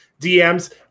DMs